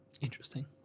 Interesting